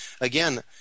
again